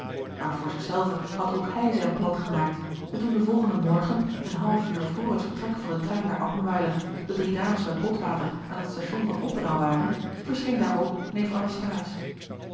maar voor zich zelven had ook hij zijn plan gemaakt en toen den volgenden morgen een half uur vr het vertrek van den trein naar appenweiler de drie dames met botwater gerard keller het testament van mevrouw de tonnette aan het station van oppenau waren verscheen daar ook neef anasthase